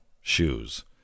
shoes